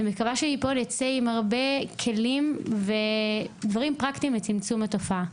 ואני מקווה שנצא מפה עם הרבה כלים פרקטיים לצמצום הופעה.